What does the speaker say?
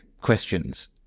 questions